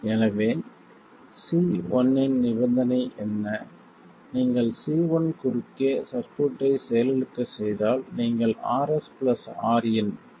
எனவே C1 இன் நிபந்தனை என்ன நீங்கள் C1 குறுக்கே சர்க்யூட்டை செயலிழக்கச் செய்தால் நீங்கள் Rs பிளஸ் Rin